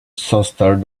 s’installe